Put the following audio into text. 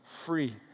free